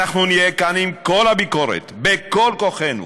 אנחנו נהיה כאן עם כל הביקורת בכל כוחנו,